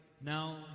Now